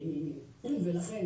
לכן,